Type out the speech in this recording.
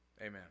Amen